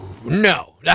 No